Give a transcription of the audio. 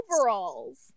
overalls